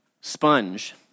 sponge